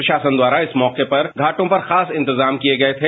प्रशासन द्वारा इस मौके पर घाटों पर खास इंतजाम किए गए थे